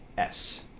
s.